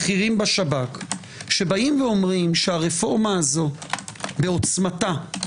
בכירים בשב"כ שאומרים שהרפורמה הזו בעוצמתה,